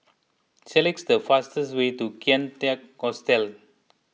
select the fastest way to Kian Teck Hostel